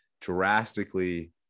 drastically